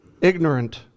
ignorant